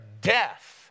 death